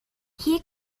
hier